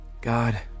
God